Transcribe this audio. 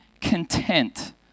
content